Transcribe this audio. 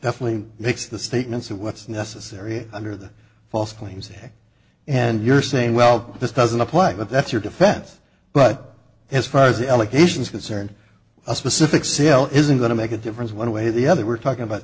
definitely makes the statements of what's necessary under the false claims and you're saying well this doesn't apply but that's your defense but as far as the allegations concerned a specific sale isn't going to make a difference one way or the other we're talking about